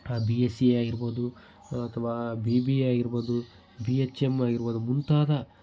B S C ಯೇ ಆಗಿರಬಹುದು ಅಥವಾ ಬಿ ಬಿ ಎ ಆಗಿರಬಹುದು ಬಿ ಎಚ್ ಎಂ ಆಗಿರ್ಬೋದು ಮುಂತಾದ